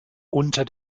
unter